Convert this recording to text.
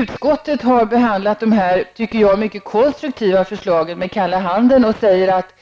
Utskottet har behandlat de här mycket konstruktiva förslagen med kalla handen och säger att